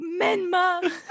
Menma